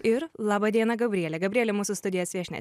ir laba diena gabriele gabrielė mūsų studijos viešnia